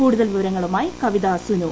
കൂടുതൽ വിവരങ്ങളുമായി കവിതാ സുനു